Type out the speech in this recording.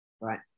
right